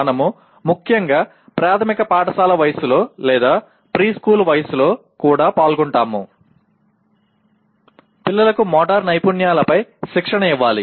మనము ముఖ్యంగా ప్రాధమిక పాఠశాల వయస్సులో లేదా ప్రీస్కూల్ వయస్సులో కూడా పాల్గొంటాము పిల్లలకు మోటారు నైపుణ్యాలపై శిక్షణ ఇవ్వాలి